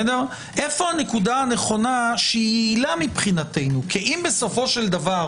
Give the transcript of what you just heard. איפה הנקודה הנכונה שהיא עילה מבחינתנו כי אם בסופו של דבר